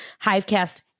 Hivecast